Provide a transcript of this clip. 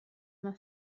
una